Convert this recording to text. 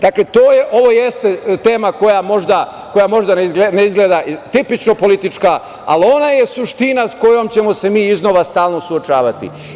Dakle, ovo jeste tema koja možda ne izgleda tipično politička, ali ona je suština sa kojom ćemo se mi iznova stalno suočavati.